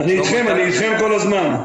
אני איתכם כל הזמן.